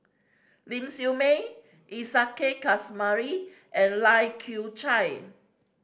Ling Siew May Isa Kamari and Lai Kew Chai